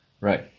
Right